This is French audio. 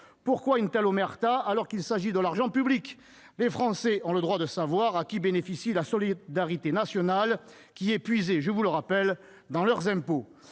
Pourquoi une telle omerta, alors qu'il s'agit de l'argent public ? Les Français ont le droit de savoir à qui bénéficie la solidarité nationale, qui est puisée- je vous le rappelle -dans leurs impôts